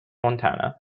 montana